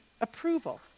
approval